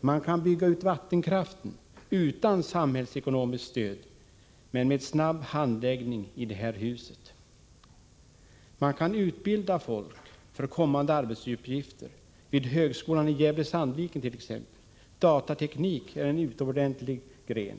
Vattenkraften kan byggas ut — utan samhällsekonomiskt stöd, men med snabb handläggning i detta hus. Det kan startas utbildning, t.ex. vid högskolan i Gävle/Sandviken, för kommande arbetsuppgifter. Datateknik är en utomordentligt bra gren.